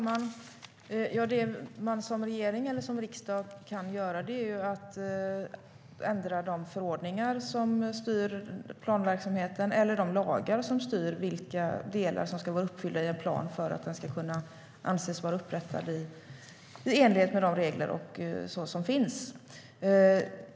Herr talman! Det regeringen eller riksdagen kan göra är att ändra de förordningar som styr planverksamheten eller de lagar som styr vilka delar som ska vara uppfyllda i en plan för att den ska anses vara upprättad i enlighet med de regler som finns.